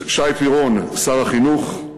שי פירון, שר החינוך,